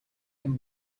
him